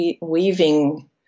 weaving